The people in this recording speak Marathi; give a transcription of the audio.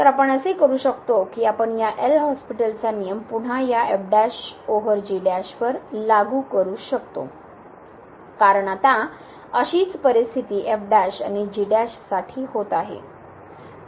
तर आपण असे करू शकतो की आपण या एल हॉस्पिटलचा नियम पुन्हा या ओव्हर वर लागू करू शकतो कारण आता अशाच परिस्थिती आणि साठी होत आहे